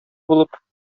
булып